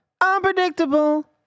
unpredictable